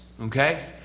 Okay